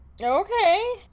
Okay